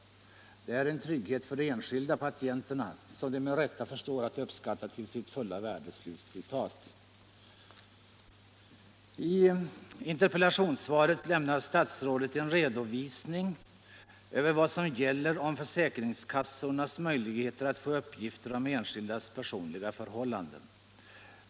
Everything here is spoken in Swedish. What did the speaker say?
Detta är en trygghet för de enskilda patienterna som de med rätta förstår att uppskatta till sitt fulla värde.” I interpellationssvaret lämnar statsrådet en redovisning över vad som gäller om försäkringskassornas möjligheter att få uppgifter om enskildas personliga förhållanden.